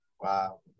Wow